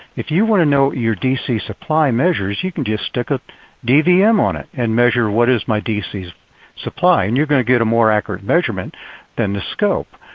if you want to know your dc supply measures, you can just stick a dvm on it and measure what is my dc's supply? and you're going to get a more accurate measurement than the scope.